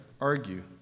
argue